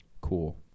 cool